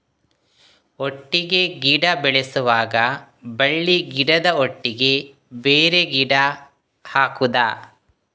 ಒಟ್ಟಿಗೆ ಗಿಡ ಬೆಳೆಸುವಾಗ ಬಳ್ಳಿ ಗಿಡದ ಒಟ್ಟಿಗೆ ಬೇರೆ ಗಿಡ ಹಾಕುದ?